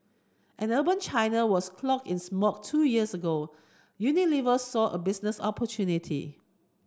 as urban China was cloaked in smog two years ago Unilever saw a business opportunity